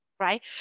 right